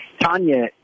Tanya